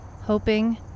hoping